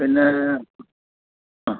പിന്നേ